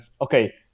okay